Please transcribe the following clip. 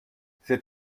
cet